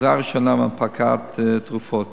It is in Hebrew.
עזרה ראשונה והנפקת תרופות,